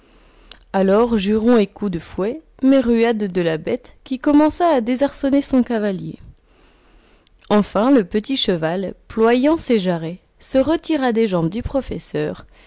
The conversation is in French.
alors jurons et coups de fouet mais ruades de la bête qui commença à désarçonner son cavalier enfin le petit cheval ployant ses jarrets se retira des jambes du professeur